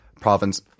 province –